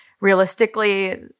realistically